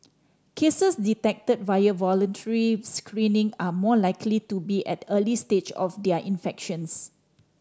cases detected via voluntary screening are more likely to be at the early stage of their infections